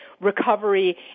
recovery